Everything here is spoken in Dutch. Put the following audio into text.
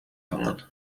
hangen